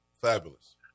fabulous